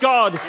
God